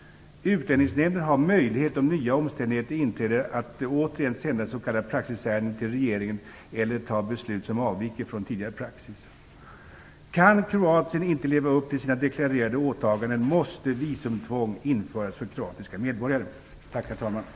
Utlänningsnämnden har möjlighet om nya omständigheter inträder att återigen sända s.k. praxisärenden till regeringen eller fatta beslut som avviker från tidigare praxis. Kan Kroatien inte leva upp till sina deklarerade åtaganden måste visumtvång införas för kroatiska medborgare. Tack, herr talman.